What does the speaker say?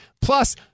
Plus